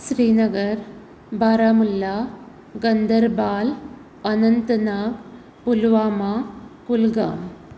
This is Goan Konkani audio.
श्रीनगर बारामूला गांदरबल अन्तंना पुलवामा कुलगांव